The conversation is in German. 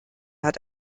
hat